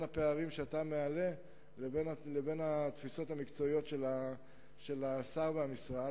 הפערים שאתה מעלה לבין התפיסות המקצועיות של השר והמשרד,